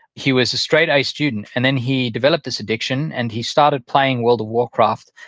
he was a straight a student and then he developed this addiction, and he started playing world of warcraft.